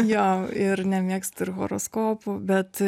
jo ir nemėgstu ir horoskopų bet